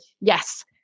yes